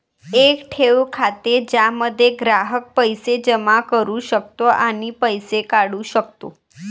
एक ठेव खाते ज्यामध्ये ग्राहक पैसे जमा करू शकतो आणि पैसे काढू शकतो